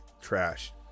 trash